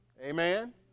Amen